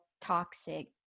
toxic